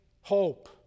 hope